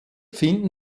finden